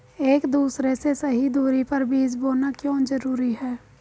एक दूसरे से सही दूरी पर बीज बोना क्यों जरूरी है?